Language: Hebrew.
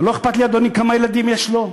ולא אכפת לי, אדוני, כמה ילדים יש לו,